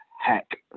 hack